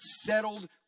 settled